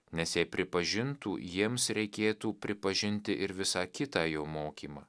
nes jei pripažintų jiems reikėtų pripažinti ir visą kitą jo mokymą